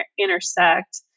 intersect